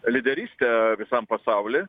lyderystę visam pasauly